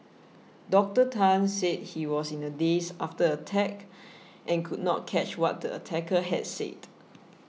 Doctor Tan said he was in a daze after the attack and could not catch what the attacker had said